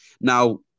now